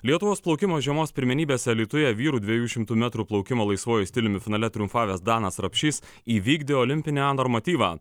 lietuvos plaukimo žiemos pirmenybės alytuje vyrų dviejų šimtų metrų plaukimo laisvuoju stiliumi finale triumfavęs danas rapšys įvykdė olimpinę normatyvą